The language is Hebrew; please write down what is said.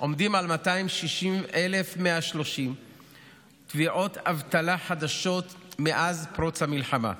אנו עומדים על 260,130 תביעות אבטלה חדשות מאז פרוץ המלחמה.